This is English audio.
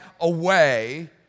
away